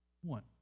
One